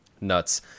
Nuts